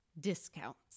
discounts